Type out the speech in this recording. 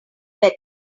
better